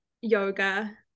yoga